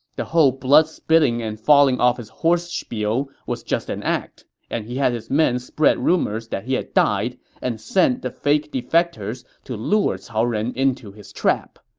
the whole blood-spitting and falling-off-his-horse spiel was just an act, and he had his men spread rumors that he had died and sent the fake defectors to lure cao ren into his trap.